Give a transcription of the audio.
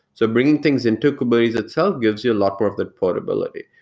so bringing things into kubernetes itself gives you a lot more of that portability.